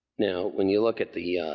now, when you look at the